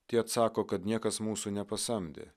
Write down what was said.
tie atsako kad niekas mūsų nepasamdė